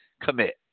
commit